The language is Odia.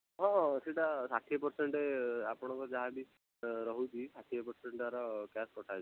ହଁ ହଁ ସେଇଟା ଷାଠିଏ ପର୍ସେଣ୍ଟ୍ ଆପଣଙ୍କର ଯାହାବି ରହୁଛି ଷାଠିଏ ପର୍ସେଣ୍ଟ୍ ତା'ର କ୍ୟାଶ୍ କଟାଯିବ